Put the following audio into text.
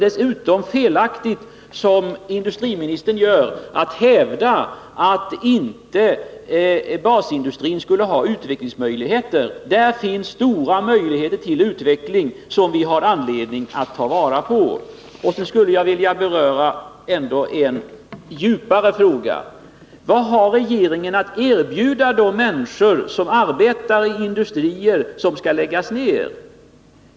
Dessutom är det felaktigt att, som industriministern gör, hävda att basindustrin inte skulle ha några utvecklingsmöjligheter. Där finns stora möjligheter till utveckling, som vi har anledning att ta vara på. Vidare skulle jag vilja beröra en djupare fråga. Vad har regeringen att erbjuda de människor som arbetar i industrier som skall läggas ned?